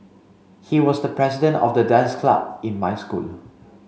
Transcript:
he was the president of the dance club in my school